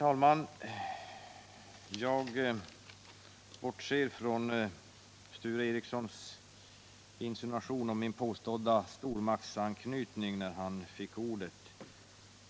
Herr talman! Sture Ericsons insinuationer om min stormaktsanknytning vill jag bortse ifrån.